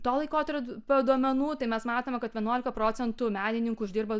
to laikotarpio duomenų tai mes matome kad vienuolika procentų menininkų uždirba